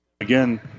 again